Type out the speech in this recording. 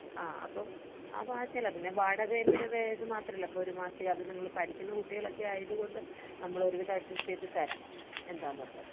ആ അപ്പം ആ ചിലവ് പിന്നെ വടകയുടേത് ത് മാത്രല്ല അപ്പോൾ ഒരു മാസത്തേക്ക് അത് നിങ്ങൾ പഠിക്കുന്ന കുട്ടികളൊക്കെയായത് കൊണ്ട് നമ്മൾ ഒരുവിധം അഡ്ജസ്റ്റ് ചെയ്ത് തരാം എന്താണെന്ന് വെച്ചാൽ